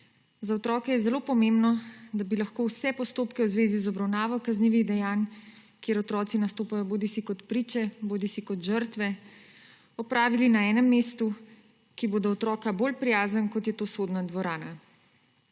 Za otroke je zelo pomembno, da bi lahko vse postopke v zvezi z obravnavo kaznivih dejanj, kjer otroci nastopajo bodisi kot priče bodisi kot žrtve, opravili na enem mestu, ki bo do otroka bolj prijazno kot je sodna dvorana.